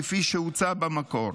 כפי שהוצע במקור.